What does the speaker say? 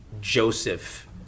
Joseph